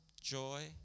joy